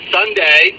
Sunday